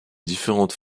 différentes